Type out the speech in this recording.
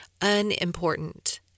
unimportant